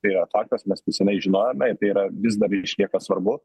tai yra faktas mes tai senai žinojome ir tai yra vis dar išlieka svarbu